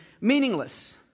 meaningless